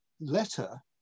letter